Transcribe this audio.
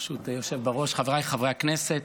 היושב-ראש, חבריי חברי הכנסת,